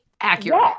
Accurate